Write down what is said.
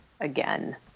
again